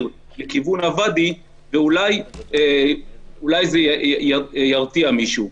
שיוכל להאיר לכיוון הוואדי ואולי זה ירתיע מישהו.